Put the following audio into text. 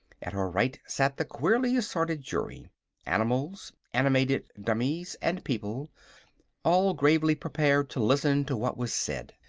at her right sat the queerly assorted jury animals, animated dummies and people all gravely prepared to listen to what was said.